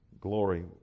glory